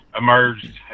emerged